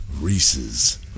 Reese's